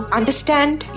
understand